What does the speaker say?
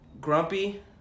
Grumpy